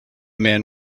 man